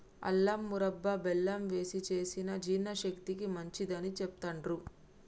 అల్లం మురబ్భ బెల్లం వేశి చేసిన జీర్ణశక్తికి మంచిదని చెబుతాండ్రు